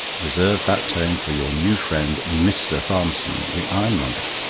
reserve that tone for your new friend, mister farmerson, the ironmonger.